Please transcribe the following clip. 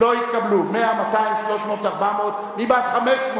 ההסתייגות לחלופין